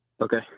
Okay